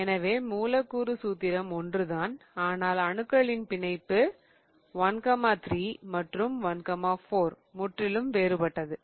எனவே மூலக்கூறு சூத்திரம் ஒன்றுதான் ஆனால் அணுக்களின் இணைப்பு 13 மற்றும் 14 முற்றிலும் வேறுபட்டது